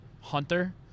hunter